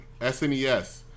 SNES